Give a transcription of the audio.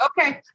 Okay